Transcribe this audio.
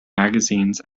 magazines